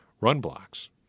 run-blocks